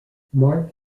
mark